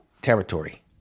territory